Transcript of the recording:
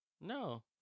No